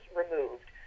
removed